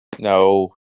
no